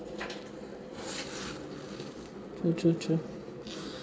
true true true